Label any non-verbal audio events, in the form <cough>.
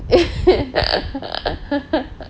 <laughs>